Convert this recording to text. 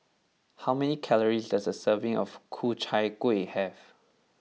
how many calories does a serving of Ku Chai Kueh have